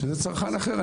שזה צרכן אחר,